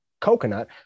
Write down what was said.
Coconut